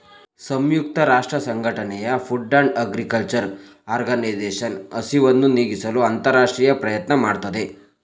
ಸಂಯುಕ್ತ ರಾಷ್ಟ್ರಸಂಘಟನೆಯ food and agriculture organisation ಹಸಿವನ್ನು ನೀಗಿಸಲು ಅಂತರರಾಷ್ಟ್ರೀಯ ಪ್ರಯತ್ನ ಮಾಡ್ತಿದೆ